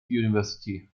university